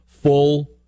full